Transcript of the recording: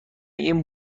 این